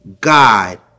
God